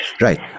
Right